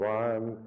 one